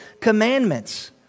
commandments